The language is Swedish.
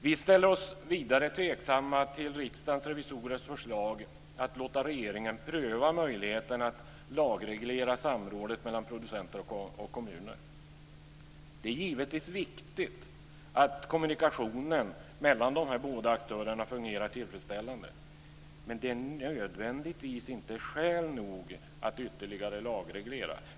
Vi ställer oss vidare tveksamma till Riksdagens revisorers förslag att låta regeringen pröva möjligheten att lagreglera samrådet mellan producenter och kommuner. Det är givetvis viktigt att kommunikationen mellan dessa båda aktörer fungerar tillfredsställande, men det är inte nödvändigtvis skäl nog att ytterligare lagreglera.